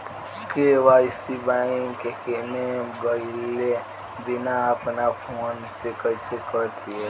KYC bank मे गएले बिना अपना फोन से कइसे कर पाएम?